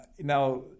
Now